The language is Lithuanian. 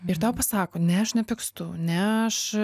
ir tau pasako ne aš nepykstu ne aš